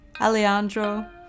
Alejandro